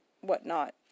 whatnot